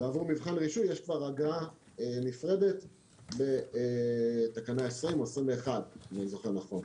בעבור מבחן רישוי יש כבר אגרה נפרדת בתקנה 20 או 21 אם אני זוכר נכון.